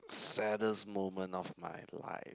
saddest moment of my life